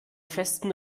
festen